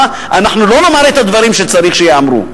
אנחנו לא נאמר את הדברים שצריך שייאמרו.